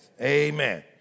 Amen